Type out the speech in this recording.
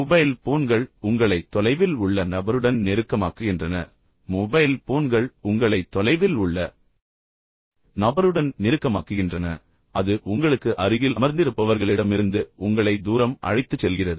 mobile போன்கள் உங்களைத் தொலைவில் உள்ள நபருடன் நெருக்கமாக்குகின்றன மொபைல் போன்கள் உங்களை தொலைவில் உள்ள நபருடன் நெருக்கமாக்குகின்றன ஆனால் அது உங்களுக்கு அருகில் அமர்ந்திருப்பவர்களிடமிருந்து உங்களை தூரம் அழைத்துச் செல்கிறது